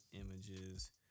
images